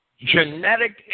genetic